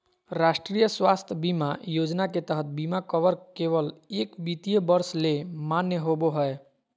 राष्ट्रीय स्वास्थ्य बीमा योजना के तहत बीमा कवर केवल एक वित्तीय वर्ष ले मान्य होबो हय